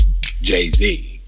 Jay-Z